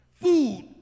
food